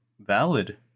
valid